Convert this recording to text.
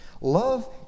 Love